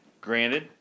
granted